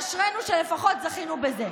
אשרינו שלפחות זכינו בזה.